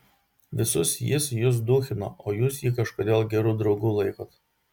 visus jis jus duchino o jūs jį kažkodėl geru draugu laikot